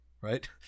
right